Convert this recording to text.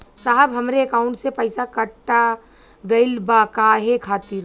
साहब हमरे एकाउंट से पैसाकट गईल बा काहे खातिर?